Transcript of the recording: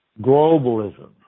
globalism